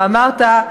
אתה אמרת,